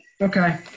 Okay